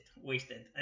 wasted